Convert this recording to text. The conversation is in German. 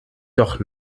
doch